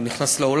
הוא נכנס לאולם,